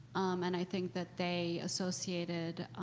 and i think that they associated